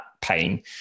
pain